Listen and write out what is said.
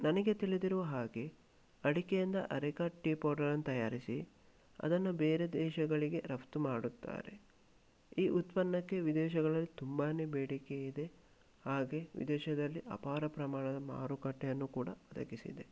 ನನಗೆ ತಿಳಿದಿರುವ ಹಾಗೆ ಅಡಿಕೆಯಿಂದ ಅರೆಕಾ ಟೀ ಪೌಡರನ್ನ ತಯಾರಿಸಿ ಅದನ್ನು ಬೇರೆ ದೇಶಗಳಿಗೆ ರಫ್ತು ಮಾಡುತ್ತಾರೆ ಈ ಉತ್ಪನ್ನಕ್ಕೆ ವಿದೇಶಗಳಲ್ಲಿ ತುಂಬಾ ಬೇಡಿಕೆ ಇದೆ ಹಾಗೆ ವಿದೇಶದಲ್ಲಿ ಅಪಾರ ಪ್ರಮಾಣದ ಮಾರುಕಟ್ಟೆಯನ್ನು ಕೂಡ ಒದಗಿಸಿದೆ